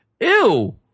ew